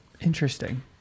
interesting